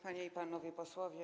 Panie i Panowie Posłowie!